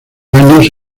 años